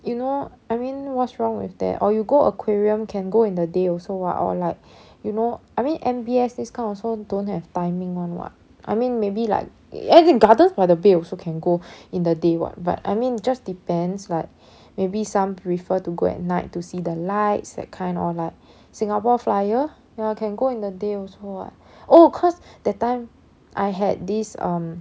you know I mean what's wrong with that or you go aquarium can go in the day also [what] or like you know I mean M_B_S this kind also don't have timing [one] [what] I mean maybe like as in gardens by the bay also can go in the day [what] but I mean just depends like maybe some prefer to go at night to see the lights that kind or like singapore flyer ya can go in the day also [what] oh cause that time I had this um